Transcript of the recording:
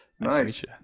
Nice